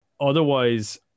Otherwise